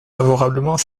favorablement